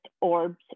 orbs